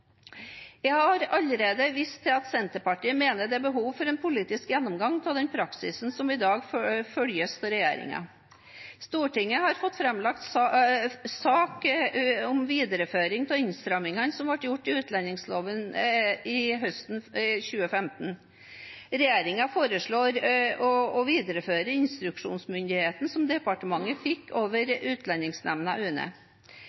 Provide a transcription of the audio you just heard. Jeg har allerede vist til at Senterpartiet mener det er behov for en politisk gjennomgang av den praksisen som i dag følges av regjeringen. Stortinget har fått framlagt en sak om videreføring av innstrammingene som ble gjort i utlendingsloven høsten 2015. Regjeringen foreslår å videreføre instruksjonsmyndigheten som departementet fikk over